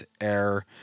air